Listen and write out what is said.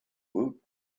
woot